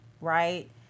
right